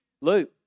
Luke